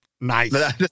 Nice